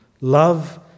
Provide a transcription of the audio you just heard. love